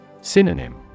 Synonym